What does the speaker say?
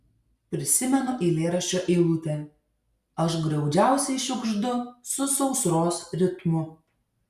prisimenu eilėraščio eilutę aš graudžiausiai šiugždu su sausros ritmu